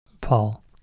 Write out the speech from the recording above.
Paul